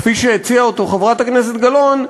כפי שהציעה אותו חברת הכנסת גלאון,